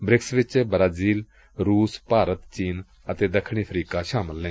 BRICS ਵਿਚ Brazil ਰੂਸ ਭਾਰਤ ਚੀਨ ਅਤੇ ਦੱਖਣੀ ਅਫਰੀਕਾ ਸ਼ਾਮਲ ਨੇ